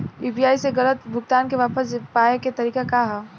UPI से गलत भुगतान के वापस पाये के तरीका का ह?